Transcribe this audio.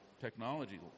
technology